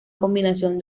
combinación